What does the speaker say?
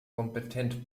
kompetent